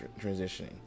transitioning